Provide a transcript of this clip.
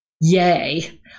yay